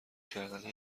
کردن